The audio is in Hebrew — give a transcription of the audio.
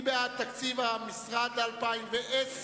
מי בעד תקציב המשרד ל-2010?